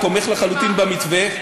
הוא תומך לחלוטין במתווה.